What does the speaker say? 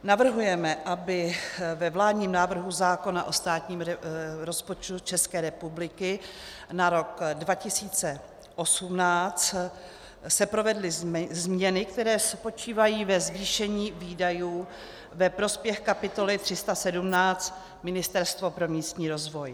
Navrhujeme, aby se ve vládním návrhu zákona o státním rozpočtu České republiky na rok 2018 provedly změny, které spočívají ve zvýšení výdajů ve prospěch kapitoly 317 Ministerstvo pro místní rozvoj.